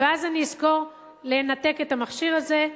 ואז אני אזכור לנתק את המכשיר הזה,